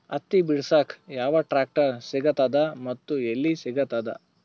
ಹತ್ತಿ ಬಿಡಸಕ್ ಯಾವ ಟ್ರಾಕ್ಟರ್ ಸಿಗತದ ಮತ್ತು ಎಲ್ಲಿ ಸಿಗತದ?